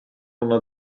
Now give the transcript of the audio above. una